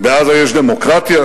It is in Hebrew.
בעזה יש דמוקרטיה?